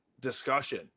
discussion